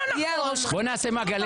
בואי נעשה מעגלי שיח...